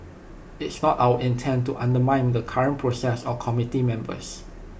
it's not our intent to undermine the current process or committee members